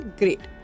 great